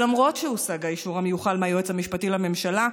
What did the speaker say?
למרות שהושג האישור המיוחל מהיועץ המשפטי לממשלה,